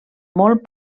molt